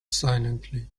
silently